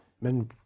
men